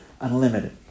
Unlimited